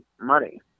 money